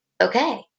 okay